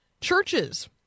churches